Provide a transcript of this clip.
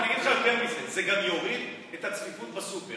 אני אגיד לך יותר מזה: זה גם יוריד את הצפיפות בסופר.